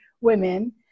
women